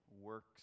works